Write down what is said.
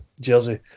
jersey